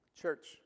Church